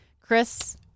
Chris